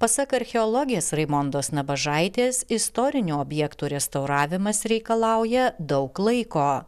pasak archeologės raimondos nabažaitės istorinių objektų restauravimas reikalauja daug laiko